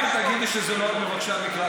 גם אם תגידי שזה לא על מבקשי המקלט,